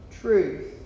truth